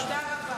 תודה רבה.